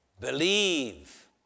believe